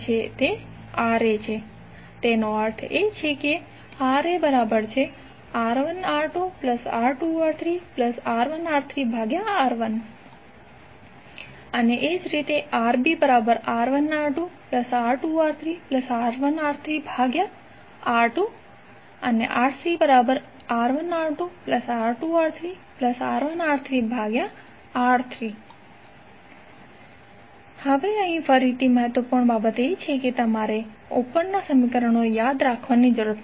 તેથી તેનો અર્થ છે RaR1R2R2R3R1R3R1 RbR1R2R2R3R1R3R2 RcR1R2R2R3R1R3R3 હવે અહીં ફરીથી મહત્વપૂર્ણ બાબત એ છે કે તમારે ઉપરના સમીકરણો યાદ રાખવાની જરૂર નથી